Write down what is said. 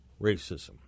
racism